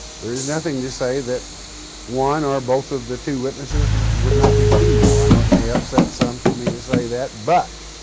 there is nothing to say that one or both of the two witnesses would not be female, i know it may upset some for me to say that, but